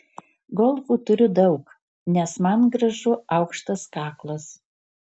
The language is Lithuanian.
golfų turiu daug nes man gražu aukštas kaklas